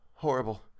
horrible